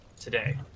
today